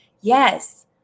Yes